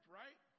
right